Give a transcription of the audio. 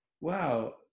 Wow